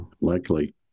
likely